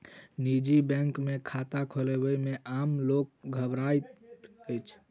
निजी बैंक मे खाता खोलयबा मे आम लोक घबराइत अछि